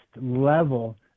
level